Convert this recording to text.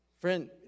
Friend